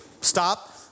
stop